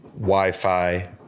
Wi-Fi